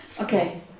Okay